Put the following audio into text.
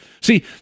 See